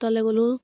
তালৈ গ'লোঁ